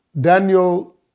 Daniel